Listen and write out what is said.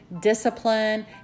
discipline